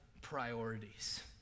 priorities